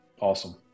awesome